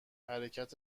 حرکت